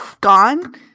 gone